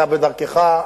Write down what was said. אתה בדרכך,